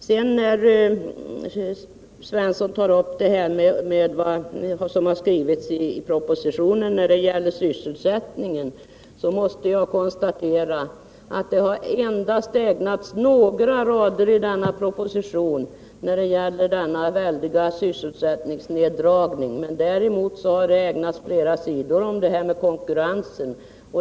När Sten Svensson tar upp vad som skrivits i propositionen om sysselsättningen måste jag konstatera att det endast har ägnats några rader åt denna väldiga sysselsättningsneddragning. Däremot har det ägnats flera sidor åt konkurrensen.